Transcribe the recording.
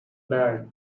bag